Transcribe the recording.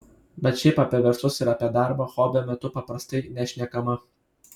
bet šiaip apie verslus ir apie darbą hobio metu paprastai nešnekama